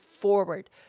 forward